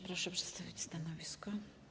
Proszę przedstawić stanowisko.